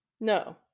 No